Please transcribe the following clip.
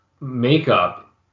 makeup